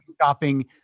stopping